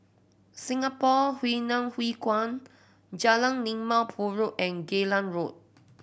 Singapore Hainan Hwee Kuan Jalan Limau Purut and Geylang Road